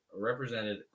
represented